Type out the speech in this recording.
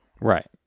Right